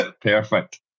Perfect